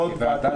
אותך.